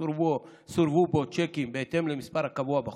שסורבו בו צ'קים בהתאם למספר הקבוע בחוק.